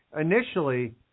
initially